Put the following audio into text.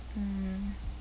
mm